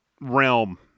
realm